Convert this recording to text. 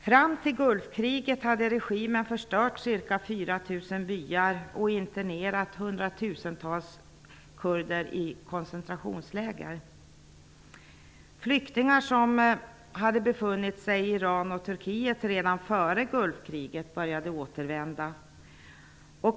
Fram till Gulfkriget hade regimen förstört ca 4 000 byar och internerat hundratusentals kurder i koncentrationsläger. De flyktingar som hade befunnit sig i Iran och Turkiet redan före Gulfkriget började att återvända.